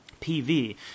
PV